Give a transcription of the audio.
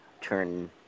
turn